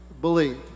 believe